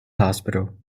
hospital